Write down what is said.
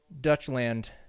Dutchland